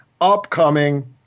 upcoming